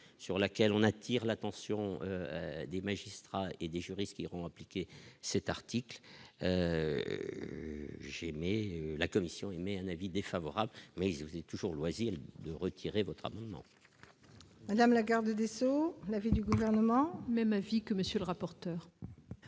sur laquelle on attire l'attention des magistrats et des juristes qui ont appliqué cette article. J'ai aimé la commission émet un avis défavorable, mais je vous dis toujours loisible de retirer votre amendement. Madame la garde des Sceaux, l'avis du gouvernement. Même avis que monsieur le rapporteur.